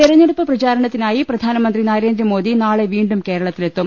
തെരഞ്ഞെടുപ്പ് പ്രചാരണത്തിനായി പ്രധാനമന്ത്രി നരേന്ദ്രമോദി നാളെ വീണ്ടും കേരളത്തിലെത്തും